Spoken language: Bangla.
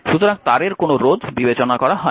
সুতরাং তারের কোনও রোধ বিবেচনা করা হয় না